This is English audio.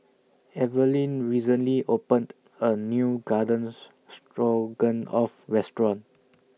Evaline recently opened A New Garden Stroganoff Restaurant